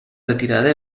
retirada